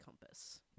compass